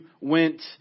went